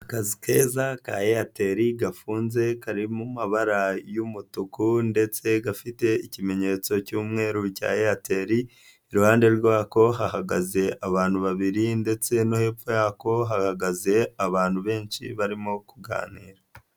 Akazu keza ka eyateli gafunze kari mabara y'umutuku ndetse gafite ikimenyetso cy'umweru cya eyateli iruhande rwako hahagaze abantu babiri ndetse no hepfo yako hahagaze abantu benshi barimo kuganira.